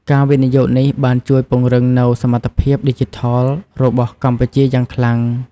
ការវិនិយោគនេះបានជួយពង្រឹងនូវសមត្ថភាពឌីជីថលរបស់កម្ពុជាយ៉ាងខ្លាំង។